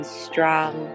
strong